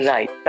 Right